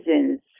reasons